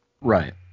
Right